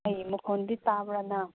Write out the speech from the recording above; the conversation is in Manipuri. ꯑꯩ ꯃꯈꯣꯜꯗꯤ ꯇꯥꯕ꯭ꯔꯥ ꯅꯪ